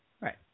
Right